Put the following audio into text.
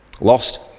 Lost